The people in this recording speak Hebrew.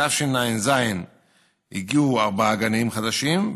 בתשע"ז הגיעו ארבעה גנים חדשים,